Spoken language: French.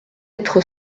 être